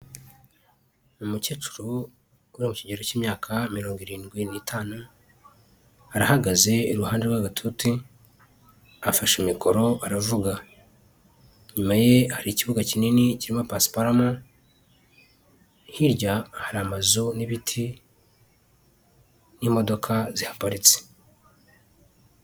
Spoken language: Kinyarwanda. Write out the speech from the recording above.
Umukecuru uri mu kigero cy'imyaka mirongo irindwi n'itanu, arahagaze iruhande rw'agatuti afashe mikoro aravuga, inyuma ye hari ikibuga kinini kirimo pasiparumu, hirya hari amazu n'ibiti n'imodoka zihaparitse.